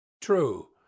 true